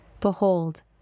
Behold